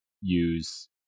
use